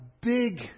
big